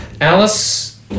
Alice